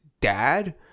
dad